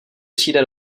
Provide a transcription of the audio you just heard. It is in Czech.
přijde